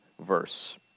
verse